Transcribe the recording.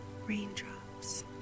raindrops